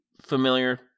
familiar